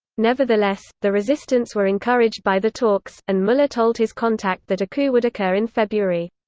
nevertheless, the resistance were encouraged by the talks, and muller told his contact that a coup would occur in february.